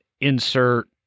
insert